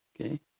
okay